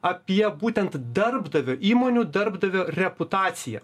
apie būtent darbdavio įmonių darbdavio reputaciją